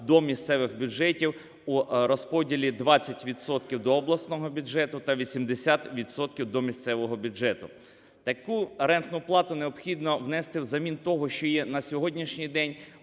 до місцевих бюджетів у розподілі: 20 відсотків – до обласного бюджету та 80 відсотків – до місцевого бюджету. Таку рентну плату необхідно внести взамін того, що є на сьогоднішній день,